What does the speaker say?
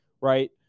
right